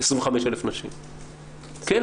כן,